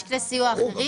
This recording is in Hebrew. יש כלי סיוע אחרים,